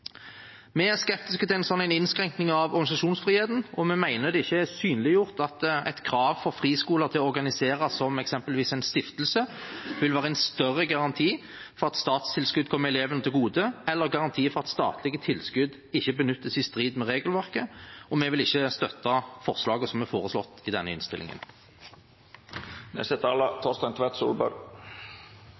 Vi er skeptiske til en slik innskrenkning av organisasjonsfriheten. Vi mener det ikke er synliggjort at et krav om at friskoler skal organiseres som f.eks. en stiftelse, vil være en større garanti for at statstilskudd kommer elevene til gode, eller for at statlige tilskudd ikke benyttes i strid med regelverket. Vi vil ikke støtte forslagene som er fremmet i denne innstillingen.